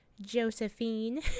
Josephine